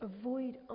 avoid